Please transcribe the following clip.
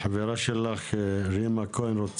החברה שלך רימה כהן,